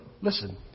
listen